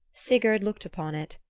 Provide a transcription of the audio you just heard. sigurd looked upon it,